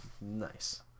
Nice